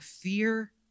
fear